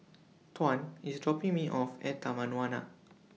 Tuan IS dropping Me off At Taman Warna